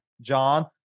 John